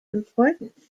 importance